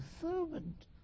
servant